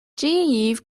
dhaoibh